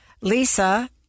Lisa